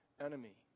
enemy